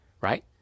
right